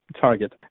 target